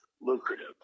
lucrative